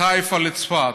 לחיפה, לצפת.